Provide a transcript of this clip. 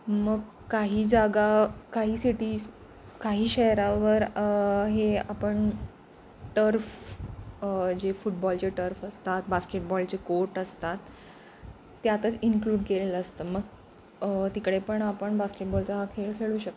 मग काही जागा काही सिटीज काही शहरावर हे आपण टर्फ जे फुटबॉलचे टर्फ असतात बास्केटबॉलचे कोर्ट असतात त्यातच इन्क्लूड केलेलं असतं मग तिकडे पण आपण बास्केटबॉलचा हा खेळ खेळू शकतात